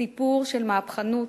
סיפור של מהפכנות,